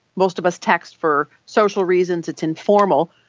most of us text for social reasons, it's informal.